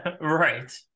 right